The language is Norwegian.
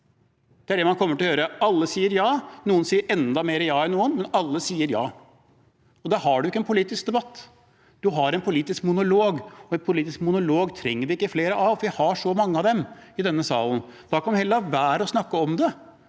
Det er det man kommer til å gjøre. Alle sier ja – noen sier enda mer ja enn andre, men alle sier ja. Da har man ikke en politisk debatt, man har en politisk monolog, og politiske monologer trenger vi ikke flere av, for vi har så mange av dem i denne salen. Da kan vi heller la være å snakke om det,